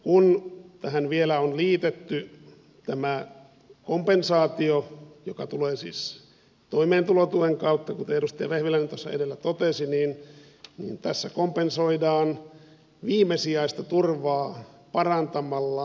kun tähän vielä on liitetty tämä kompensaatio joka tulee siis toimeentulotuen kautta kuten edustaja vehviläinen tuossa edellä totesi tässä kompensoidaan perusturvan leikkauksia viimesijaista turvaa parantamalla